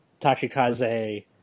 Tachikaze